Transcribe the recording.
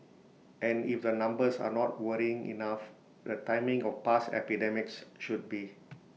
and if the numbers are not worrying enough the timing of past epidemics should be